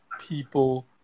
people